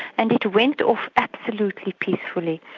and it went off absolutely peacefully.